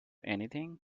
anything